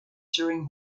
during